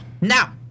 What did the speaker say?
now